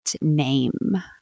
name